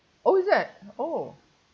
oh is that oh